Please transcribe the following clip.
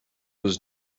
was